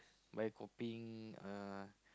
by copying uh